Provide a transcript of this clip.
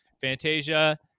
Fantasia